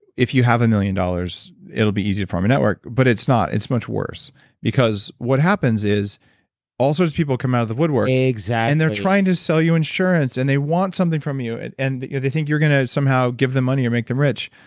if you have million dollars, it'll be easy to form a network, but it's not. it's much worse because what happens is all sorts of people come out of the woodwork exactly and they're trying to sell you insurance, and they want something from you. and and they think you're going to somehow give them money or make them rich.